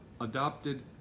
adopted